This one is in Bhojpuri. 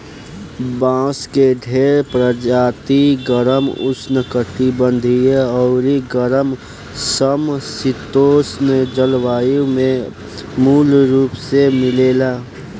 बांस के ढेरे प्रजाति गरम, उष्णकटिबंधीय अउरी गरम सम शीतोष्ण जलवायु में मूल रूप से मिलेला